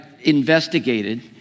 investigated